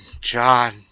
John